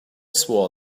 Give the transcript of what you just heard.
swore